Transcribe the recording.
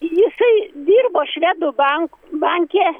jisai dirbo švedų bank banke